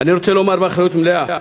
אני רוצה לומר באחריות מלאה,